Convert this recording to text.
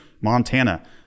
Montana